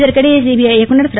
இதற்கிடையே சிபிஐ இயக்குநர் திரு